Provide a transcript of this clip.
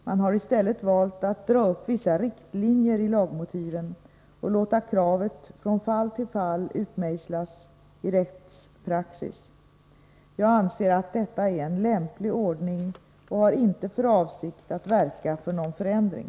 Man har i stället valt att dra upp vissa riktlinjer i lagmotiven och låta kravet från fall till fall utmejslas i rättspraxis. Jag anser att detta är en lämplig ordning och har inte för avsikt att verka för någon förändring.